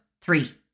three